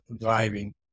driving